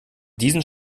diesen